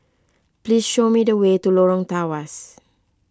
please show me the way to Lorong Tawas